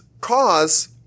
cause